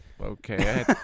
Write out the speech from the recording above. Okay